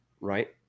right